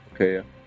okay